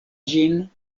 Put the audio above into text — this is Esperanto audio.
ĝin